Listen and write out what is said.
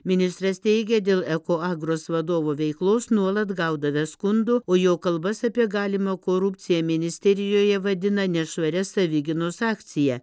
ministras teigė dėl ekoagros vadovo veiklos nuolat gaudavęs skundų o jo kalbas apie galimą korupciją ministerijoje vadina nešvaria savigynos akcija